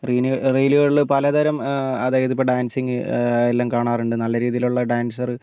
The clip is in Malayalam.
റീനു റീലുകളിൽ പലതരം അതായത് ഇപ്പം ഡാൻസിങ് എല്ലാം കാണാറുണ്ട് നല്ല രീതിയിലുള്ള ഡാൻസറ്